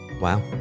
Wow